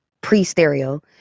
pre-stereo